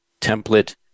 template